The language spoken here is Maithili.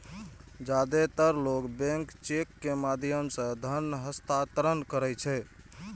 जादेतर लोग बैंक चेक के माध्यम सं धन हस्तांतरण करै छै